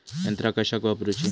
यंत्रा कशाक वापुरूची?